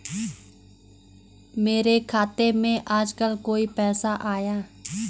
मेरे खाते में आजकल कोई पैसा आया?